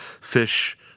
fish